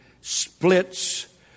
splits